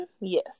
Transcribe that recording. Yes